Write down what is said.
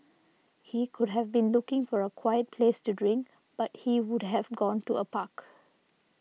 he could have been looking for a quiet place to drink but he would have gone to a park